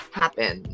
happen